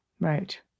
Right